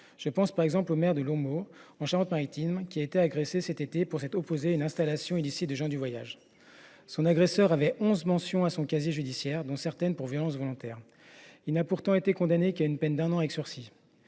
Je pense par exemple au maire de L’Houmeau, en Charente Maritime, qui a été agressé cet été pour s’être opposé à une installation illicite de gens du voyage. Son agresseur avait onze mentions à son casier judiciaire, dont certaines pour des violences volontaires. Il n’a pourtant été condamné qu’à une peine d’un an de